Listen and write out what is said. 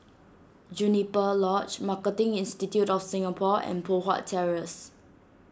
Juniper Lodge Marketing Institute of Singapore and Poh Huat Terrace